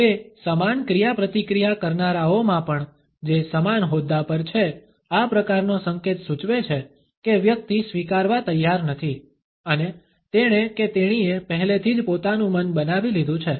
તે સમાન ક્રિયાપ્રતિક્રિયા કરનારાઓમાં પણ જે સમાન હોદ્દા પર છે આ પ્રકારનો સંકેત સૂચવે છે કે વ્યક્તિ સ્વીકારવા તૈયાર નથી અને તેણે કે તેણીએ પહેલેથી જ પોતાનું મન બનાવી લીધું છે